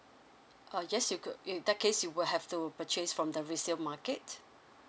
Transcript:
uh yes you could in that case you will have to purchase from the resale market